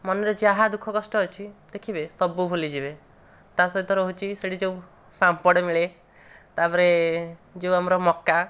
ମନରେ ଯାହା ଦୁଃଖ କଷ୍ଟ ଅଛି ଦେଖିବେ ସବୁ ଭୁଲିଯିବେ ତା ସହିତ ରହୁଛି ସେଠି ଯେଉଁ ପାମ୍ପଡ଼ ମିଳେ ତାପରେ ଯେଉଁ ଆମର ମକା